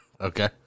Okay